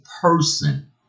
person